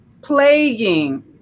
plaguing